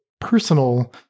personal